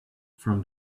from